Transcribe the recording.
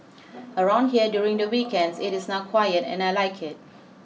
around here during the weekends it is now quiet and I like it